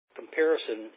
comparison